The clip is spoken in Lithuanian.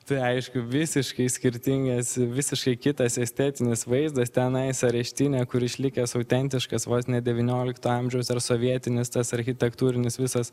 tai aišku visiškai skirtingas nes visiškai kitas estetinis vaizdas tenais areštinė kur išlikęs autentiškas vos ne devyniolikto amžiaus ar sovietinis tas architektūrinis visas